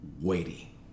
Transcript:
weighty